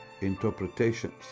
interpretations